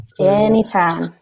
Anytime